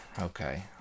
okay